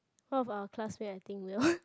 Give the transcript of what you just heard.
one of our classmate I think will